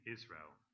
Israel